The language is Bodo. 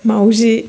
माउजि